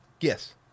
Yes